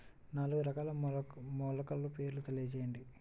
నాలుగు రకాల మొలకల పేర్లు తెలియజేయండి?